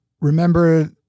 Remember